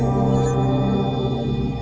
um